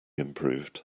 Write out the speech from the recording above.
improved